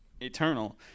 eternal